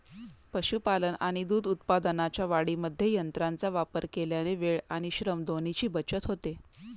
पशुपालन आणि दूध उत्पादनाच्या वाढीमध्ये यंत्रांचा वापर केल्याने वेळ आणि श्रम दोन्हीची बचत होते